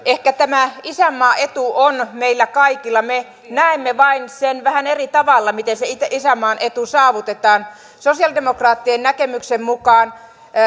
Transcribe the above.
ehkä tämä isänmaan etu on meillä kaikilla tavoitteena me näemme vain sen vähän eri tavalla miten se isänmaan etu saavutetaan sosialidemokraattien näkemyksen mukaan